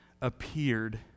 appeared